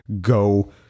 go